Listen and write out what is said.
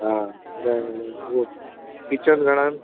हा त इहो किचन घणा आहिनि